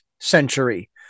century